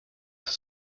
has